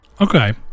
Okay